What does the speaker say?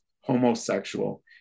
homosexual